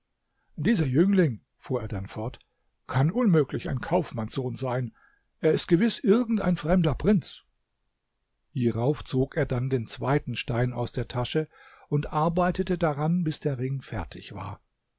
dieser jüngling fuhr er dann fort kann unmöglich ein kaufmannssohn sein er ist gewiß irgendein fremder prinz hierauf zog er dann den zweiten stein aus der tasche und arbeitete daran bis der ring fertig war